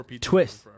Twist